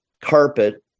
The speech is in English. carpet